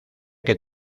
que